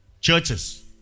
churches